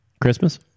Christmas